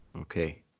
Okay